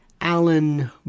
Alan